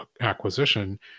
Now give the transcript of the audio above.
acquisition